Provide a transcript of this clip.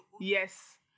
Yes